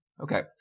Okay